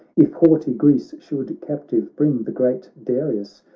if haughty greece should captive bring the great darius,